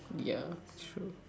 yeah true